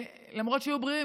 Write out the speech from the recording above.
ולמרות שהיו בריאים,